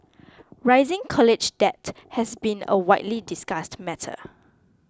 rising college debt has been a widely discussed matter